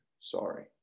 Sorry